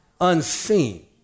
unseen